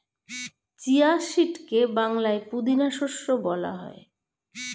chia সিডকে বাংলায় পুদিনা শস্য বলা হয়